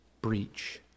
breach